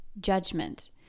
judgment